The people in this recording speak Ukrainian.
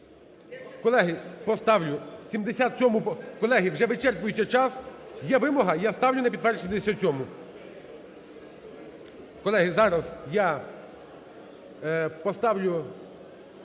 Колеги, поставлю 77-у, колеги, вже вичерпується час. Є вимога? Я ставлю на підтвердження 77-у. Колеги, зараз я поставлю.